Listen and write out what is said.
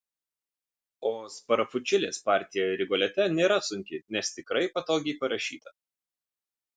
o sparafučilės partija rigolete nėra sunki nes tikrai patogiai parašyta